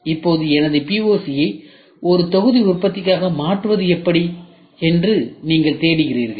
இப்போது POCயை ஒரு தொகுதி உற்பத்தியாக மாற்றுவது எப்படி என்று நீங்கள் தேடுகிறீர்கள்